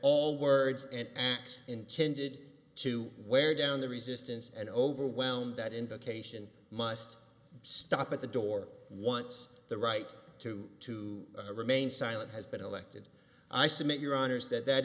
all words and acts intended to wear down the resistance and overwhelm that invocation must stop at the door once the right to to remain silent has been elected i submit your honour's that that